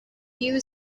few